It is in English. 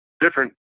different